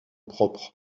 propre